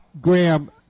Graham